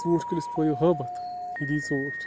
ژوٗنٛٹھۍ کُلِس پٲیِو ہٲبتھ یہِ دِی ژوٗنٛٹھۍ